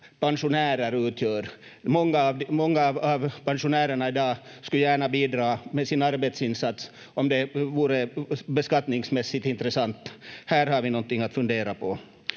pensionärer utgör. Många av pensionärerna i dag skulle gärna bidra med sin arbetsinsats om det vore beskattningsmässigt intressant. Här har vi någonting att fundera på.